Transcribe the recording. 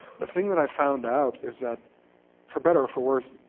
the thing that i found out is that for better or for worse,